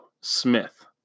Smith